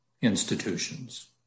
institutions